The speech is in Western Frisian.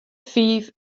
fiif